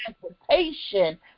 transportation